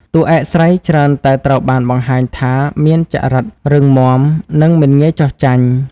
តួឯកស្រី ច្រើនតែត្រូវបានបង្ហាញថាមានចរិតរឹងមាំនិងមិនងាយចុះចាញ់។